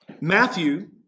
Matthew